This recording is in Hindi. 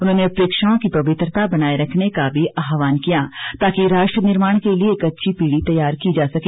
उन्होंने परीक्षाओं की पवित्रता बनाए रखने का भी आहवान किया ताकि राष्ट्र निर्माण के लिए एक अच्छी पीढ़ी तैयार की जा सके